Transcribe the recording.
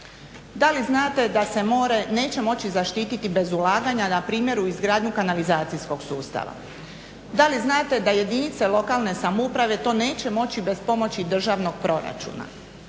Da li znate da se more neće moći zaštiti bez ulaganja npr. u izgradnju kanalizacijskog sustava? Da li znate da jedinice lokalne samouprave to neće moći bez pomoći državnog proračuna?